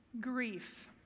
Grief